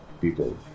people